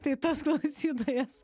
tai tas klausytojas